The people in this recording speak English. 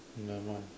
nevermind